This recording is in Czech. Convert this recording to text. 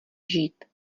žít